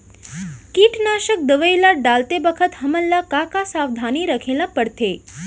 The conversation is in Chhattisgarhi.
कीटनाशक दवई ल डालते बखत हमन ल का का सावधानी रखें ल पड़थे?